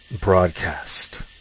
broadcast